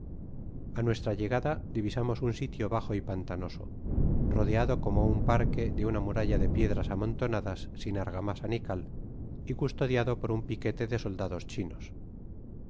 a nuestra llegada divisamos un sitio bajo y pantanoso rodeado como un parque de una muralla de piedras amontonadas sin argamasa ni cai y custodiado por un piquete de soldados chinos